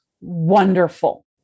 wonderful